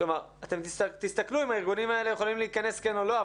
כלומר אתם תסתכלו אם הארגונים האלה יכולים להיכנס כן או לא,